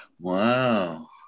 Wow